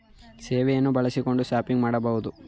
ಸೇವೆಯನ್ನು ಬಳಸಿಕೊಂಡು ಶಾಪಿಂಗ್ ಮಾಡಬಹುದೇ?